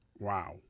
Wow